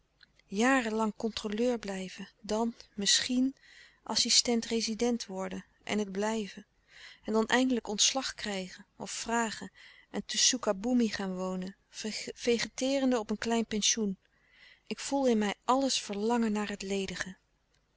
jaren lang controleur blijven dan misschien assistent-rezident worden en het blijven en dan eindelijk ontslag krijgen of vragen en te soekaboemi gaan wonen vegeteerende op een klein pensioen ik voel in mij alles verlangen naar het ledige